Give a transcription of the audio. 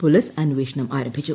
police അന്വേഷണം ആരംഭിച്ചു